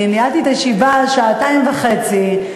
אני ניהלתי את הישיבה שעתיים וחצי,